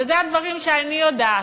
ואלה הדברים שאני יודעת.